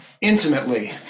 intimately